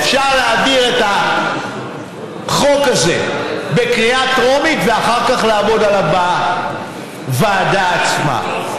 אפשר להעביר את החוק הזה בקריאה טרומית ואחר כך לעבוד עליו בוועדה עצמה.